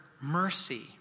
mercy